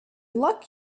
luck